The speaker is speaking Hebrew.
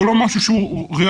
זה לא משהו שהוא ריאלי.